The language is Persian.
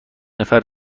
نفر